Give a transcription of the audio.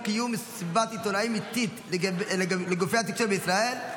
קיום מסיבת עיתונאים עיתית לגופי התקשורת בישראל),